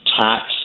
tax